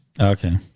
Okay